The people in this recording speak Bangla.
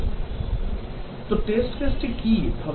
তো test caseটি কী হবে